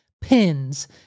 pins